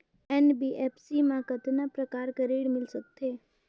NBFC मा कतना प्रकार कर ऋण मिल सकथे?